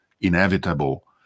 inevitable